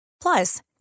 Plus